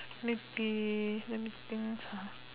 maybe let me think